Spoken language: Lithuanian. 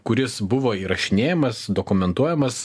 kuris buvo įrašinėjamas dokumentuojamas